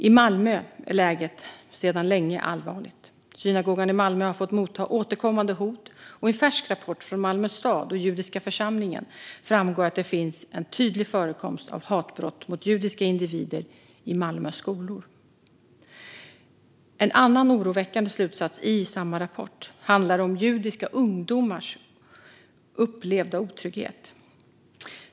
I Malmö är läget sedan länge allvarligt. Synagogan i Malmö har fått ta emot återkommande hot. Och i en färsk rapport från Malmö stad och Judiska församlingen framgår att det finns en tydlig förekomst av hatbrott mot judiska individer i Malmös skolor. En annan oroväckande slutsats i samma rapport handlar om judiska ungdomars upplevda otrygghet.